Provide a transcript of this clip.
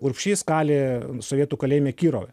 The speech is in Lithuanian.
urbšys kali sovietų kalėjime kirove